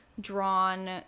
drawn